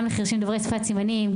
גם לחירשים דוברי שפת סימנים,